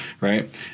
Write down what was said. right